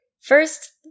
First